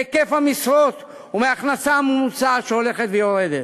מהיקף המשרות ומההכנסה הממוצעת שהולכת ויורדת?